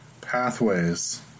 pathways